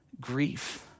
Grief